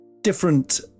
different